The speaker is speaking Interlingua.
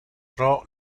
pro